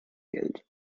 geld